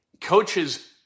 coaches